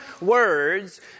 words